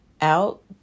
out